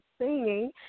singing